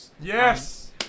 Yes